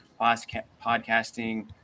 podcasting